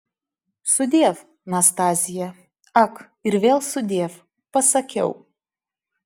sudiev nastazija ak ir vėl sudiev pasakiau